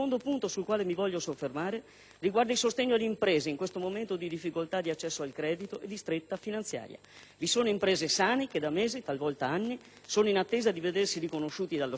riguarda il sostegno alle imprese in questo momento di difficoltà di accesso al credito e di stretta finanziaria. Vi sono imprese sane che da mesi, talvolta anni, sono in attesa di vedersi riconosciuti dallo Stato i pagamenti a loro spettanti,